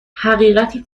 حقیقتی